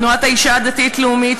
תנועת האישה הדתית לאומית”,